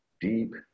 deep